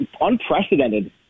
unprecedented